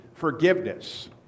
Forgiveness